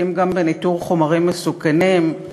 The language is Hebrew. עוסקים גם בניטור חומרים מסוכנים.